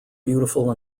beautiful